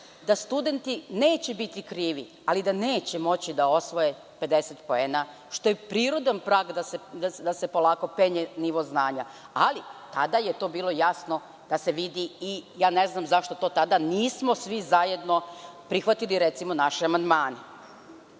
da studenti neće biti krivi, ali da neće moći da osvoje 50 poena, što je prirodan prag da se polako penje nivo znanja. Tada je to bilo jasno da se vidi, ne znam zašto tada nismo svi zajedno prihvatili, recimo, naše amandmane. Šta